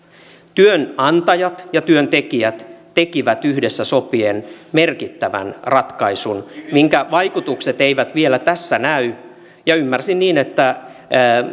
työnantajat ja työntekijät tekivät yhdessä sopien merkittävän ratkaisun minkä vaikutukset eivät vielä tässä näy ja ymmärsin niin että